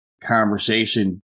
conversation